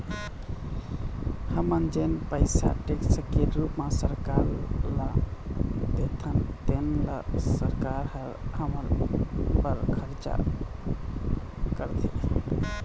हमन जेन पइसा टेक्स के रूप म सरकार ल देथन तेने ल सरकार ह हमर बर खरचा करथे